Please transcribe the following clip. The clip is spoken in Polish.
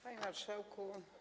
Panie Marszałku!